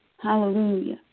Hallelujah